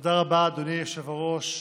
תודה רבה, אדוני היושב-ראש.